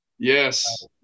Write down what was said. Yes